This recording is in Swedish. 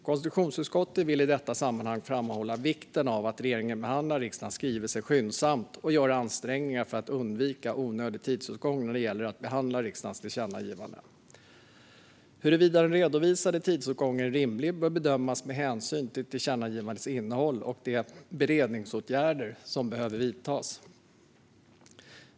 Konstitutionsutskottet vill i detta sammanhang framhålla vikten av att regeringen behandlar riksdagens skrivelser skyndsamt och gör ansträngningar för att undvika onödig tidsåtgång när det gäller att behandla riksdagens tillkännagivanden. Huruvida den redovisade tidsåtgången är rimlig bör bedömas med hänsyn till tillkännagivandets innehåll och de beredningsåtgärder som behöver vidtas.